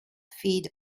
feed